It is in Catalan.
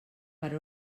per